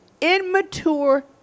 immature